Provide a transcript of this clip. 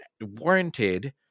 warranted